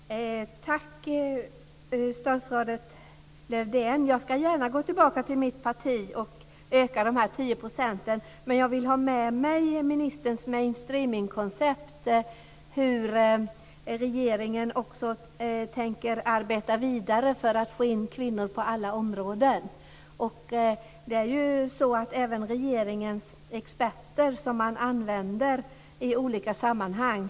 Fru talman! Jag tackar statsrådet Lövdén. Jag ska gärna gå tillbaka till mitt parti och öka dessa 10 %. Men jag vill ha med mig ministerns mainstreamingkoncept. Jag vill veta hur regeringen tänker arbeta vidare för att få in kvinnor på alla områden. Det gäller ju även regeringens experter som man använder i olika sammanhang.